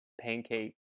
pancake